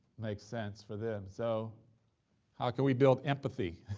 makes sense for them? so how can we build empathy?